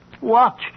Watch